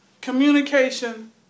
communication